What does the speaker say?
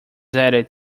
added